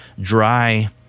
dry